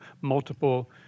multiple